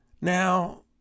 Now